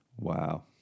Wow